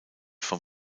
vom